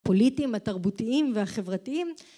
פוליטיים התרבותיים והחברתיים